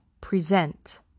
present